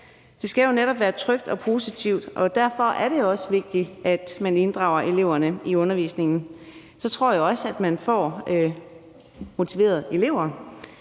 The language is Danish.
skal jo netop være trygt og positivt, og derfor er det også vigtigt, at man inddrager eleverne i undervisningen, for så tror jeg også, at man får motiverede elever.